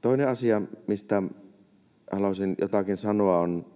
Toinen asia, mistä haluaisin jotakin sanoa, on